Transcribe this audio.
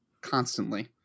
constantly